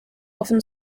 often